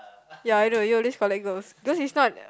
yeah I know you will just collect those cause it's not